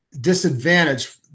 disadvantage